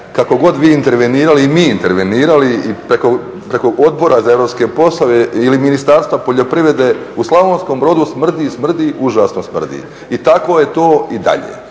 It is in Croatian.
kako god vi intervenirali i mi intervenirali i preko Odbora za europske poslove ili Ministarstva poljoprivrede u Slavonskom Brodu smrdi, smrdi, užasno smrdi i tako je to i dalje